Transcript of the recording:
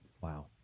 Wow